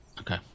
okay